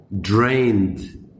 drained